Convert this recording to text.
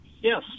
Yes